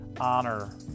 honor